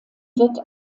wird